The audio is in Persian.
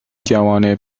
جوانب